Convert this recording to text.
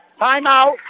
Timeout